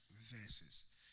verses